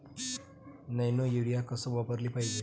Nano urea कस वापराले पायजे?